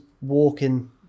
walking